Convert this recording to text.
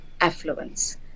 affluence